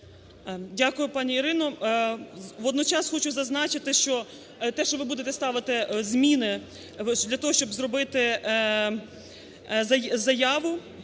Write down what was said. Дякую, пані Ірино. Водночас хочу зазначити, що те, що ви будете ставити зміни для того, щоб зробити заяву